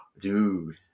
Dude